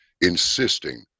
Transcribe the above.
insisting